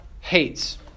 hates